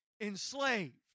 enslaved